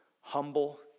humble